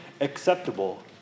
acceptable